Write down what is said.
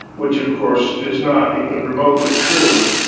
which of course is not even remotely true.